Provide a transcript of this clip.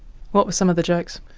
what were some of the jokes?